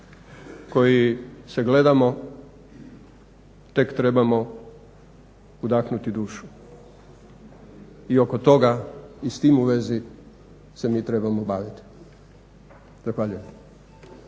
koji se gledamo tek trebamo udahnuti dušu. I oko toga i s tim u vezi se mi trebamo baviti. Zahvaljujem.